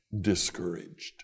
discouraged